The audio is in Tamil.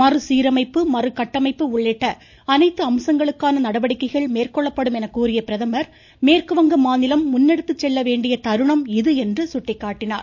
மறுசீரமைப்பு மறுகட்டமைப்பு உள்ளிட்ட அனைத்து அம்சங்களுக்கான நடவடிக்கைகள் மேற்கொள்ளப்படும் என கூறிய பிரதமர் மேற்கு வங்க மாநிலம் முன்னெடுத்து செல்ல வேண்டிய தருணம் இது என்று சுட்டிக்காட்டினார்